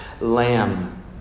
lamb